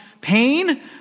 pain